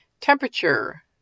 temperature